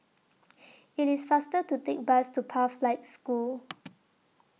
IT IS faster to Take Bus to Pathlight School